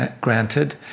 granted